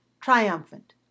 triumphant